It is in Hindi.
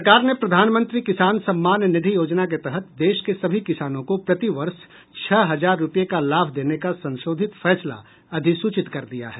सरकार ने प्रधानमंत्री किसान सम्मान निधि योजना के तहत देश के सभी किसानों को प्रतिवर्ष छह हजार रूपये का लाभ देने का संशोधित फैसला अधिसूचित कर दिया है